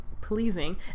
pleasing